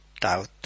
doubt